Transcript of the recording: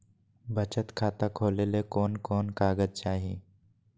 बचत खाता खोले ले कोन कोन कागज चाही?